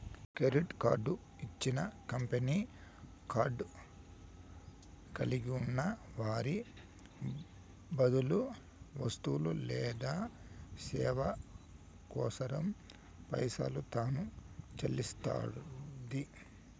credit card ఇచ్చిన company card కలిగున్న వారి బదులు వస్తువు లేదా సేవ కోసరం పైసలు తాను సెల్లిస్తండాది